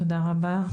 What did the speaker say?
תודה רבה.